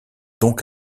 donc